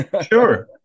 Sure